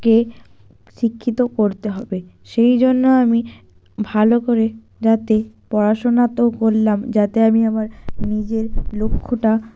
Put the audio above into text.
কে শিক্ষিত করতে হবে সেই জন্য আমি ভালো করে যাতে পড়াশুনা তো করলাম যাতে আমি আমার নিজের লক্ষ্যটা